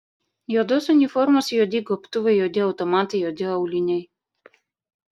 juodos uniformos juodi gobtuvai juodi automatai juodi auliniai